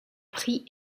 prix